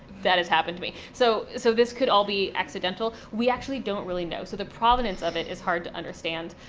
that has happened to me. so so this could all be accidental. we actually don't really know. so the provenance of it is hard to understand.